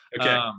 Okay